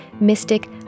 Mystic